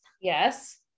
yes